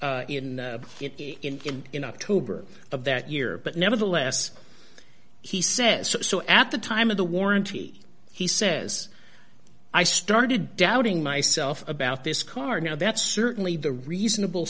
in it in him in october of that year but nevertheless he says so at the time of the warranty he says i started doubting myself about this car now that's certainly the reasonable